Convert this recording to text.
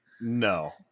No